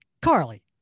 carly